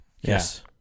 Yes